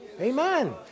Amen